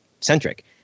centric